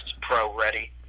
pro-ready